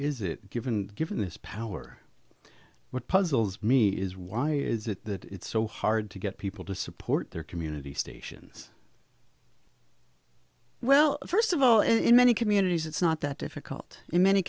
is it given given this power what puzzles me is why is that it's so hard to get people to support their community stations well first of all in many communities it's not that difficult in many